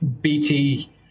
BT